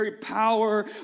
power